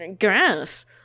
Grass